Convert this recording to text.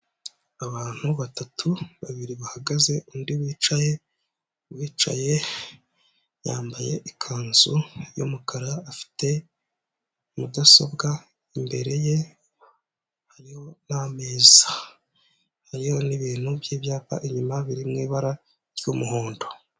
Abantu batatu babiri bahagaze undi wicaye, uwicaye yambaye ikanzu y'umukara afite mudasobwa imbere ye hariho n'ameza hariho n'ibintu by'ibyapa inyuma biri mu ibara ry'umuhondo.